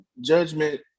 judgment